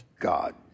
God